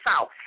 south